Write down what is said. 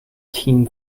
team